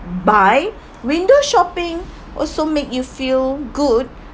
buy window shopping also make you feel good